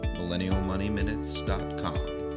MillennialMoneyMinutes.com